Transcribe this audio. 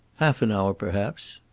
half an hour perhaps.